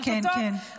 כן, כן, נגמר.